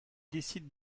décide